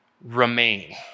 remain